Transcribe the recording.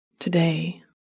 Today